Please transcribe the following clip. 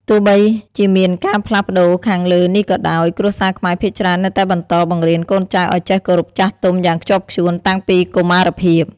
ទោះបីជាមានការផ្លាស់ប្ដូរខាងលើនេះក៏ដោយ គ្រួសារខ្មែរភាគច្រើននៅតែបន្តបង្រៀនកូនចៅឲ្យចេះគោរពចាស់ទុំយ៉ាងខ្ជាប់ខ្ជួនតាំងពីកុមារភាព។